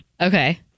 Okay